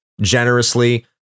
generously